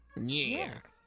Yes